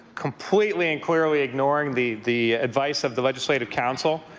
completely and clearly ignoring the the advice of the legislative council